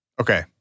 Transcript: Okay